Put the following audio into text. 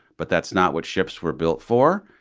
but that's not what ships were built for.